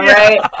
right